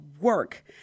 work